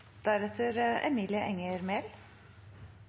representanten Emilie Enger Mehl